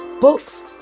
books